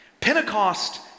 Pentecost